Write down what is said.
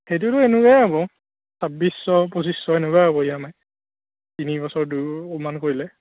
সেইটোতো এনেকুৱাই হ'ব ছাব্বিছশ পঁচিছশ এনেকুৱা হ'ব ই এম আই তিনি বছৰটো অনুমান কৰিলে